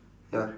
ya